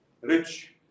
rich